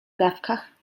dawkach